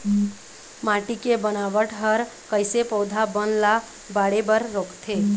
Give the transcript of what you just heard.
माटी के बनावट हर कइसे पौधा बन ला बाढ़े बर रोकथे?